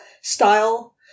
style